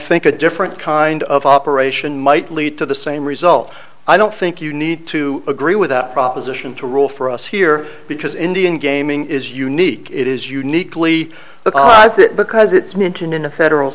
think a different kind of operation might lead to the same result i don't think you need to agree with that proposition to rule for us here because indian gaming is unique it is uniquely like that because it's mentioned in a federal